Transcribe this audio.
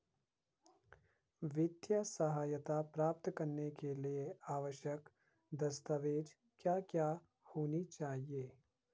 वित्तीय सहायता प्राप्त करने के लिए आवश्यक दस्तावेज क्या क्या होनी चाहिए?